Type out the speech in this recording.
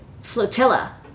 flotilla